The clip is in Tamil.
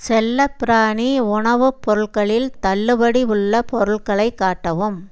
செல்லப்பிராணி உணவுப் பொருட்களில் தள்ளுபடி உள்ள பொருட்களை காட்டவும்